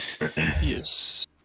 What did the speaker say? Yes